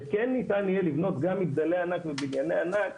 וכן ניתן יהיה לבנות גם מגדלי ענק ובנייני ענק